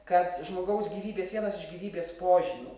kad žmogaus gyvybės vienas iš gyvybės požymių